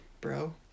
bro